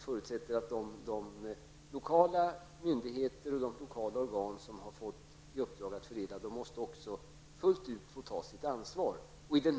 Jag menar att de lokala myndigheter och organ som har i uppdrag att fördela medel måste ta sitt ansvar fullt ut.